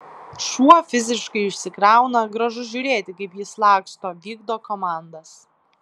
šuo fiziškai išsikrauna gražu žiūrėti kaip jis laksto vykdo komandas